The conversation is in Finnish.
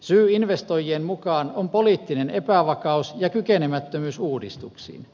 syy investoijien mukaan on poliittinen epävakaus ja kykenemättömyys uudistuksiin